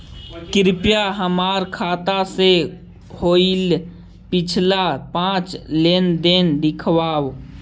कृपा हमर खाता से होईल पिछला पाँच लेनदेन दिखाव